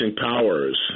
powers